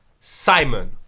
Simon